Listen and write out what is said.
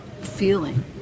feeling